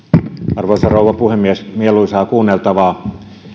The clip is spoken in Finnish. arvoisa rouva puhemies mieluisaa kuunneltavaa